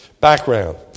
Background